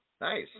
Nice